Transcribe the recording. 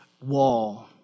wall